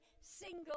single